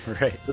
Right